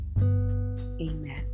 amen